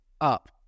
up